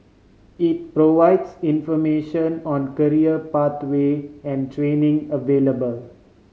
it provides information on career pathway and training available